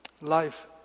life